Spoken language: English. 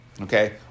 Okay